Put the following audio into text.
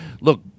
Look